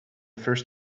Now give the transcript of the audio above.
first